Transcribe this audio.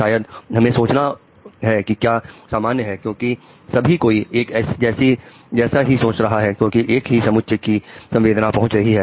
शायद हमें सोचते हैं कि क्या सामान्य है क्योंकि सभी कोई एक जैसा ही सोच रहा है क्योंकि एक ही समुच्चय की की संवेदनाएं पहुंच रही है